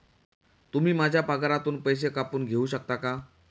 तुम्ही माझ्या पगारातून पैसे कापून घेऊ शकता का?